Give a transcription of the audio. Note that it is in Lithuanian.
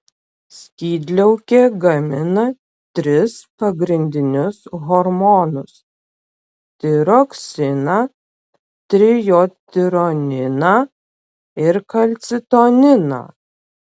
skydliaukė gamina tris pagrindinius hormonus tiroksiną trijodtironiną ir kalcitoniną